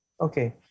Okay